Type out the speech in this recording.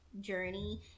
journey